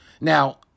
Now